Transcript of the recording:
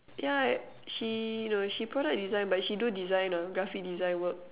yeah she no she product design but she do design lah graphic design work